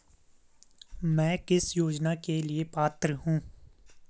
मैं किस योजना के लिए पात्र हूँ?